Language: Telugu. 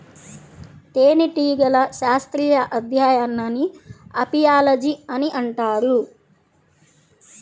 తేనెటీగల శాస్త్రీయ అధ్యయనాన్ని అపియాలజీ అని అంటారు